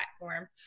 platform